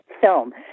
film